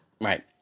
Right